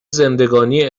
زندگانی